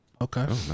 Okay